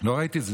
לא ראיתי את זה,